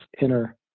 inner